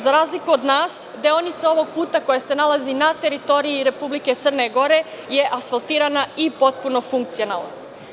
Za razliku od nas, deonica ovog puta koja se nalazi na teritoriji Republike Crne Gore je asfaltirana i potpuno funkcionalna.